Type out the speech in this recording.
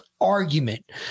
argument